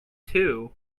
too